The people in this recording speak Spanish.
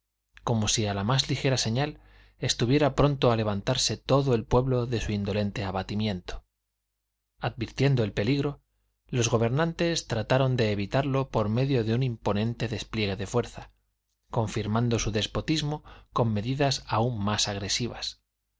como si a la más ligera señal estuviera pronto a levantarse todo el pueblo de su indolente abatimiento advirtiendo el peligro los gobernantes trataron de evitarlo por medio de un imponente despliegue de fuerza confirmando su despotismo con medidas aun más agresivas